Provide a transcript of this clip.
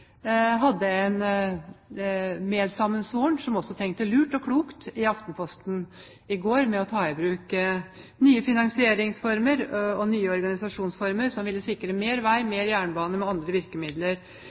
hadde en medsammensvoren som også tenker lurt og klokt når det gjelder å ta i bruk nye finansieringsformer og nye organisasjonsformer som ville sikre mer til vei, mer